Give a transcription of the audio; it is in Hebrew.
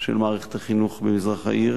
של מערכת החינוך במזרח העיר,